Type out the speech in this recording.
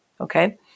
Okay